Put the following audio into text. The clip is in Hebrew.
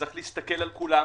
יש להסתכל על כולן.